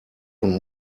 und